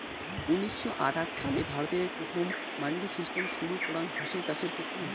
উনিশশো আটাশ ছালে ভারতে প্রথম মান্ডি সিস্টেম শুরু করাঙ হসে চাষের ক্ষেত্রে